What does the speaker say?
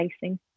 facing